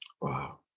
Wow